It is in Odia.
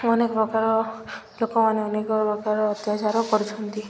ଅନେକ ପ୍ରକାର ଲୋକମାନେ ଅନେକ ପ୍ରକାର ଅତ୍ୟାଚାର କରୁଛନ୍ତି